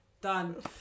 done